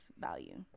value